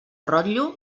rotllo